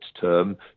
term